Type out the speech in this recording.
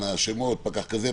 השמות פקח כזה,